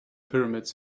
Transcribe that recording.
pyramids